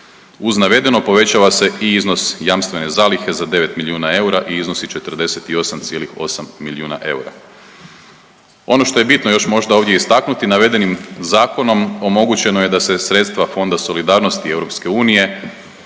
Uz navedeno povećava se i iznos jamstvene zalihe za 9 milijuna eura i iznosi 48,8 milijuna eura. Ono što je bitno još možda ovdje istaknuti, navedenim zakonom omogućeno je da se sredstva Fonda solidarnosti EU